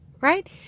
right